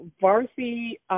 varsity